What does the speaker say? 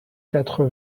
quatre